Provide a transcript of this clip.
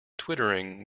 twittering